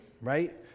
right